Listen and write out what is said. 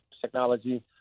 technology